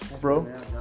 bro